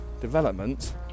development